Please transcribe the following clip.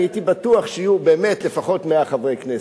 הייתי בטוח שיהיו לפחות 100 חברי כנסת.